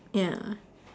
ya